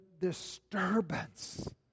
disturbance